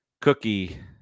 Cookie